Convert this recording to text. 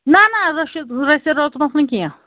نَہ نَہ رٔشیٖد رٔسیٖد اوتُن اوس نہٕ کیٚنٛہہ